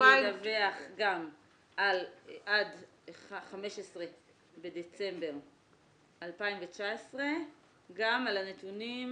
ידווח גם עד 15 בדצמבר 2019 גם על הנתונים